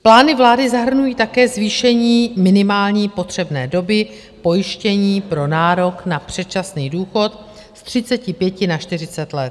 Plány vlády zahrnují také zvýšení minimální potřebné doby pojištění pro nárok na předčasný důchod z 35 na 40 let.